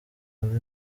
wumve